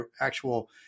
actual